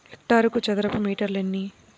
హెక్టారుకు చదరపు మీటర్లు ఎన్ని?